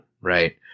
right